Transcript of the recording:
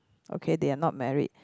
okay they are not married